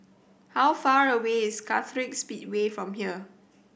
how far away is Kartright Speedway from here